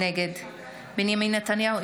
נגד בנימין נתניהו,